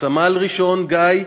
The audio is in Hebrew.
סמל-ראשון גיא בוילנד,